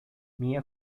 minha